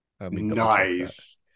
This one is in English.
nice